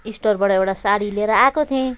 स्टोरबाट एउटा साडी लिएर आएको थिएँ